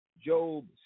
Job